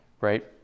right